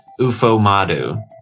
Ufomadu